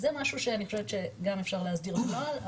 אז משהו שאני חושבת שגם אפשר להסדיר את הנוהל,